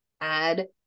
add